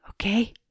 okay